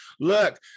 look